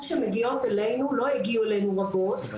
פניות הציבור שמגיעות אלינו, לא הגיעו אלינו רבות.